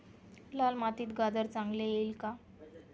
लाल मातीत गाजर चांगले येईल का?